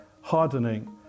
hardening